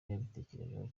yabitekerejeho